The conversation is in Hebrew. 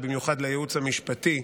ובמיוחד לייעוץ המשפטי,